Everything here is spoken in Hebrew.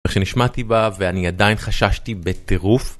כשנשמעתי בה ואני עדיין חששתי בטירוף